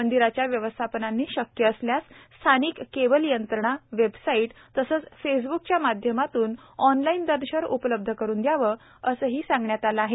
मंदिराच्या व्यवस्थापनांनी शक्य असल्यास स्थानिक केबल यंत्रणा वेबसाईट तसंच फेसब्कच्या माध्यमातून ऑनलाईन दर्शन उपलब्ध करून दयावं असंही सांगितलं आहे